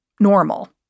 Normal